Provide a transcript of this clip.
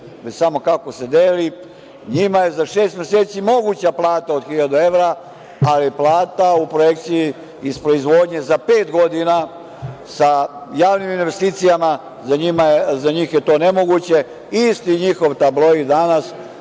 već samo kako se deli, njima je za šest meseci moguća plata od hiljadu evra, ali plata u projekciji iz proizvodnje za pet godina sa javnim investicijama, za njih je to nemoguće. Isti njihov tabloid „Danas“